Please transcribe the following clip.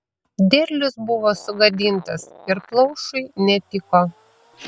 derlius buvo sugadintas ir plaušui netiko